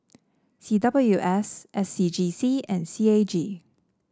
C W S S C G C and C A G